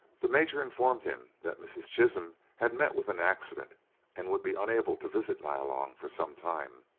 the major informed him that mrs. chisholm had met with an accident and would be unable to visit nyalong for some time.